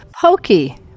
pokey